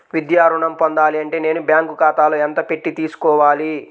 విద్యా ఋణం పొందాలి అంటే నేను బ్యాంకు ఖాతాలో ఎంత పెట్టి తీసుకోవాలి?